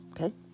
Okay